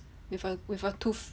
with a with a tooth